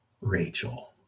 Rachel